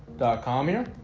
com meter